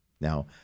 Now